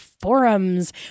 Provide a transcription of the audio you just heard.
forums